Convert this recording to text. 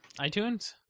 iTunes